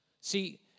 See